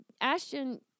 Ashton